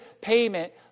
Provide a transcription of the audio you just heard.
payment